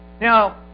Now